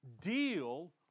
deal